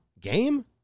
game